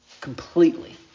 Completely